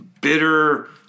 bitter